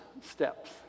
steps